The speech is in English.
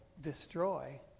destroy